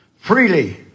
freely